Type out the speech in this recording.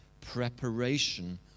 Preparation